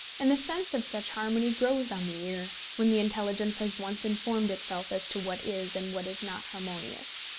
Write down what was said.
and the sense of such harmony grows on the ear, when the intelligence has once informed itself as to what is, and what is not harmonious.